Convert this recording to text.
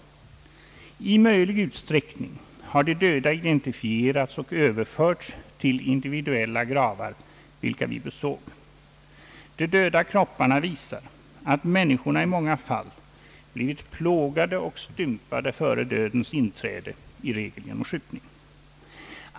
I möjlig utsträckning har de döda identifierats och överförts till individuella gravar, vilka vi besåg. De döda kropparna visade att människorna i många fall blivit plågade och stympade före dödens inträde — i regel genom skjutning.